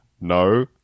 no